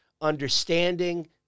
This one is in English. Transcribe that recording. understanding